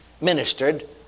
ministered